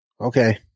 Okay